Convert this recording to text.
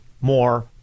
more